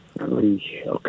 Okay